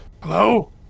hello